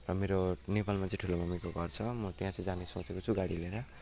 र मेरो नेपालमा चाहिँ ठुलो मम्मीको घर छ म त्यहाँ चाहिँ जाने सोचेको छु गाडी लिएर